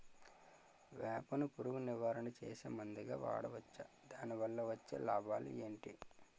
వేప ను పురుగు నివారణ చేసే మందుగా వాడవచ్చా? దాని వల్ల వచ్చే లాభాలు ఏంటి?